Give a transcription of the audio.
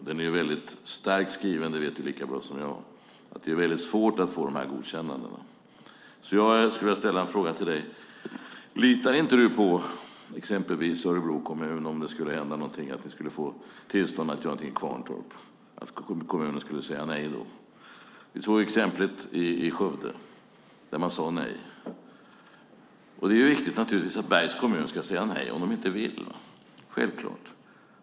Den är starkt skriven - det vet du lika bra som jag - och det är svårt att få sådana här godkännanden. Jag skulle vilja ställa en fråga till dig: Litar inte du på att exempelvis Örebro kommun skulle säga nej om man fick tillstånd att göra någonting i Kvarntorp? Du tog exemplet från Skövde där man sade nej. Det är naturligtvis riktigt att Bergs kommun ska säga nej om de inte vill.